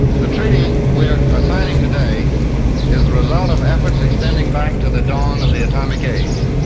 the treaty we are ah signing today is the result of efforts extending back to the dawn of the atomic age.